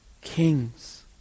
kings